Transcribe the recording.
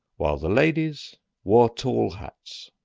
while the ladies wore tall hats,